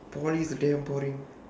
poly damn boring